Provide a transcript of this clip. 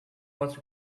what